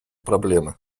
проблемы